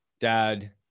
dad